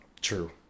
True